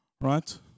right